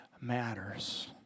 matters